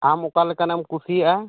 ᱟᱢ ᱚᱠᱟᱞᱮᱠᱟᱱᱟᱜ ᱮᱢ ᱠᱩᱥᱤᱭᱟᱜᱼᱟ